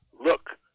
look